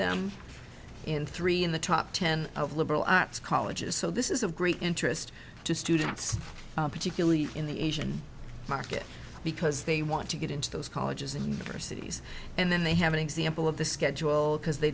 them in three in the top ten of liberal arts colleges so this is of great interest to students particularly in the asian market because they want to get into those colleges and universities and then they have an example of the schedule because they